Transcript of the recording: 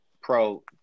pro-